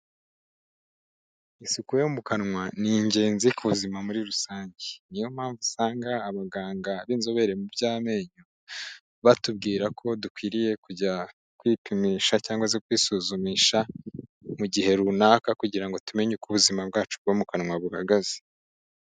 Isuku yo mu kanwa ni ingenzi ku buzima muri rusange. Niyo mpamvu usanga abaganga b'inzobere mu by'amenyo, batubwira ko dukwiriye kujya kwipimisha cyangwa se kwisuzumisha, mu gihe runaka kugira ngo tumenye uko ubuzima bwacu bwo mu kanwa buhagaze.